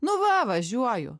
nu va važiuoju